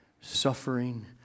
suffering